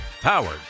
Powered